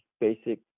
basic